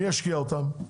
מי ישקיע אותם?